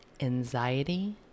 anxiety